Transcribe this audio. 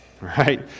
right